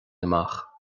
amach